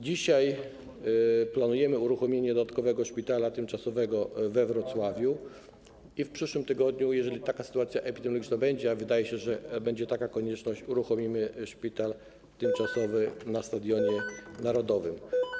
Dzisiaj planujemy uruchomienie dodatkowego szpitala tymczasowego we Wrocławiu, a w przyszłym tygodniu, jeżeli sytuacja epidemiologiczna będzie tego wymagała, a wydaje się, że będzie taka konieczność, uruchomimy szpital tymczasowy na Stadionie Narodowym.